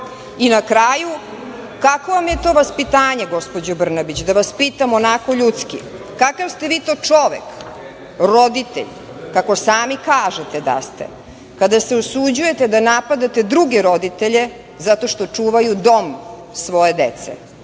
kraju, kakvo vam je to vaspitanje, gospođo Brnabić, da vas pitam onako ljudski? Kakav ste vi to čovek, roditelj, kako sami kažete da ste, kada se usuđujete da napadate druge roditelje zato što čuvaju dom svoje dece,